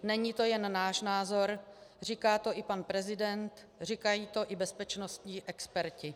Není to jen náš názor, říká to i pan prezident, říkají to i bezpečnostní experti.